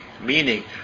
meaning